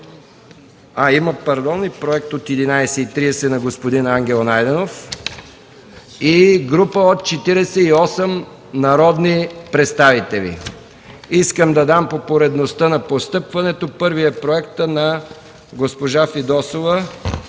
Има и проект от 11,30 ч. на господин Ангел Найденов и група от 48 народни представители. Искам да дам по поредността на постъпването – първи е проектът на госпожа Фидосова